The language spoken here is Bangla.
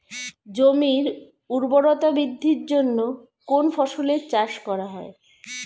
জমির উর্বরতা বৃদ্ধির জন্য কোন ফসলের চাষ করা হয়?